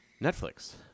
Netflix